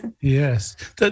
Yes